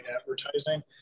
advertising